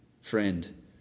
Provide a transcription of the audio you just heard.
friend